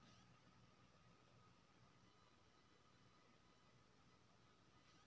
सजमैन आ कद्दू के बाती के सईर के झरि के रोकथाम केना कैल जाय?